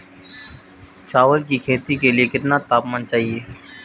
चावल की खेती के लिए कितना तापमान चाहिए?